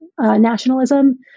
nationalism